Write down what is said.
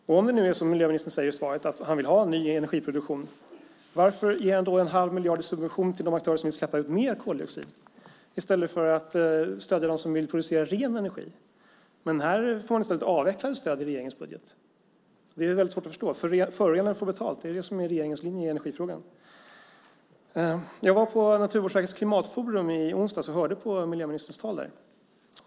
Om det nu är som miljöministern säger i svaret, att han vill ha ny energiproduktion, varför ger han då 1⁄2 miljard i subvention till de aktörer som vill släppa ut mer koldioxid i stället för att stödja dem som vill producera ren energi? I regeringens budget får man i stället avvecklade stöd. Det är väldigt svårt att förstå. Förorenare får betalt - det är det som är regeringens linje i energifrågan. Jag var på Naturvårdsverkets klimatforum i onsdags och hörde på miljöministerns tal där.